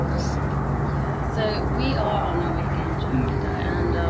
simple yeah, so we are on our weight gain journey diet and